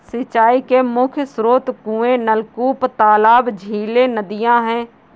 सिंचाई के मुख्य स्रोत कुएँ, नलकूप, तालाब, झीलें, नदियाँ हैं